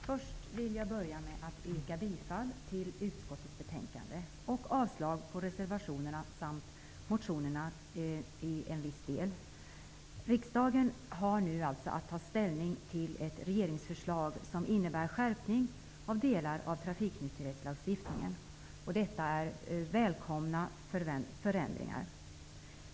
Fru talman! Först vill jag börja med att yrka bifall till hemställan i utskottets betänkande och avslag på reservationerna samt motionerna i en viss del. Riksdagen har nu att ta ställning till ett regeringsförslag som innebär skärpning av delar av trafiknykterhetslagstiftningen. Detta är välkomna förändringar.